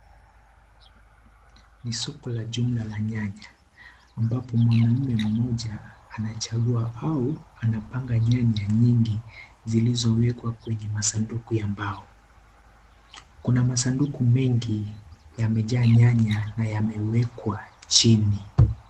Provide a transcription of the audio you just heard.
Ni soko la jumla la nyanya ambapo mwanaume mmoja anachagua au anapanga nyanya nyingi zilizowekwa kwenye masanduku ya mbao. Kuna masanduku mengi yamejaa nyanya na yamewekwa chini.